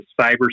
cyber